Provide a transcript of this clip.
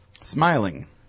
Smiling